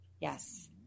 Yes